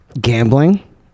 gambling